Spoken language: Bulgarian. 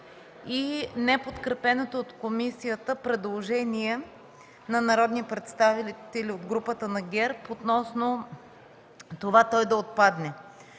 и неподкрепеното от комисията предложение на народни представители от групата на ГЕРБ – относно това той да отпадне.